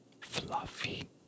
fluffy